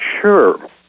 sure